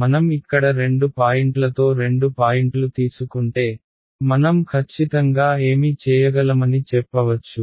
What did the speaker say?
మనం ఇక్కడ రెండు పాయింట్లతో రెండు పాయింట్లు తీసుకుంటే మనం ఖచ్చితంగా ఏమి చేయగలమని చెప్పవచ్చు